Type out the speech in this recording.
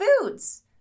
foods